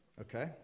Okay